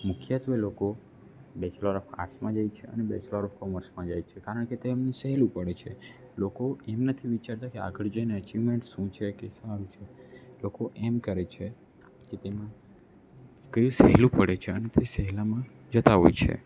મુખ્યત્વે લોકો bachelor of આર્ટ્સમાં જાય છે અને બેચલર ઓફ કોમર્સમાં જાય છે કારણ કે તેમને સહેલું પળે છે લોકો એમ નથી વિચારતા કે આગળ જઈને અચિવમેન્ટ શું છે કે સારું છે લોકો એમ કરે છે કે તેમાં કયું સહેલું પડે છે અને તે સહેલામાં જતાં હોય છે